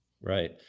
right